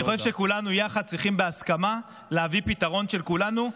אני חושב שכולנו יחד צריכים להביא בהסכמה פתרון של כולנו,